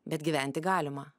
bet gyventi galima